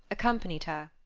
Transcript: accompanied her.